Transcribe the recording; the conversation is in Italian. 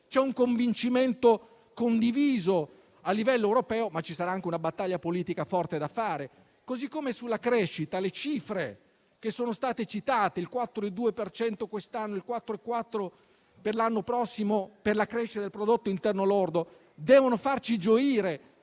c'è un convincimento condiviso a livello europeo, ma ci sarà anche una battaglia politica forte da fare. Sulla crescita, le cifre citate (il 4,2 per cento quest'anno e il 4,4 per cento per l'anno prossimo di crescita del prodotto interno lordo) devono farci gioire.